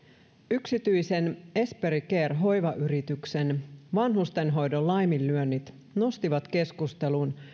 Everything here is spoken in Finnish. yksityisen esperi care hoivayrityksen vanhustenhoidon laiminlyönnit nostivat keskusteluun